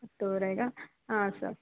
ಹತ್ತುವರೆಗಾ ಹಾಂ ಸರ್